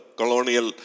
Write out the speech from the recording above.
colonial